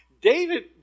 David